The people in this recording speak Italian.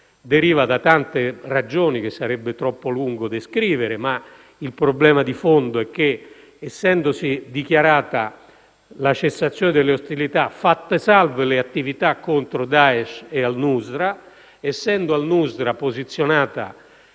deriva da tante ragioni che sarebbe troppo lungo descrivere. Ma il problema di fondo è che, essendosi dichiarata la cessazione delle ostilità (fatte salve le attività contro Daesh e al-Nusra), ed essendo al-Nusra posizionata